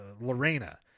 lorena